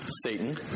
Satan